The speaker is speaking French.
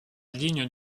ligne